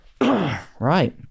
Right